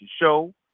Show